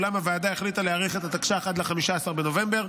אולם הוועדה החליטה להאריך את התקש"ח עד ל-15 בנובמבר.